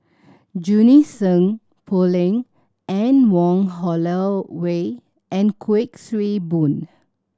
Junie Sng Poh Leng Anne Wong Holloway and Kuik Swee Boon